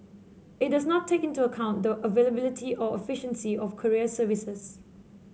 it does not take into account the availability or efficiency of courier services